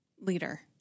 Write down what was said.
leader